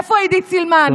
איפה עידית סילמן,